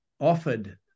offered